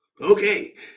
Okay